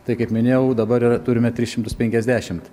tai kaip minėjau dabar yra turime tris šimtus penkiasdešimt